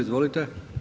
Izvolite.